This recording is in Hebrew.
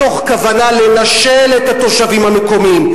מתוך כוונה לנשל את התושבים המקומיים,